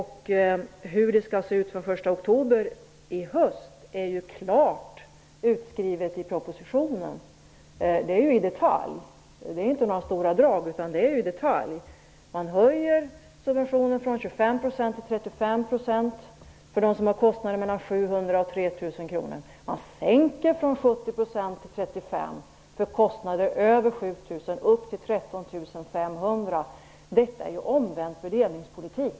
Hur det skall se ut från den 1 oktober i höst är klart utskrivet i propositionen, inte i stora drag utan i detalj. Man höjer subventionen från 25 % till 35 % för dem som har kostnader mellan 700 kr och 3 000 kr, och man sänker subventionen från 70 % till 35 % för dem som har kostnader över 7 000 kr upp till 13 500 kr. Detta är ju omvänd fördelningspolitik!